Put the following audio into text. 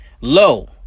low